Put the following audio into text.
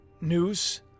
news